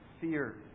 fear